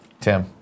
Tim